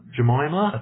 Jemima